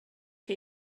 chi